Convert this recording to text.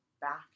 back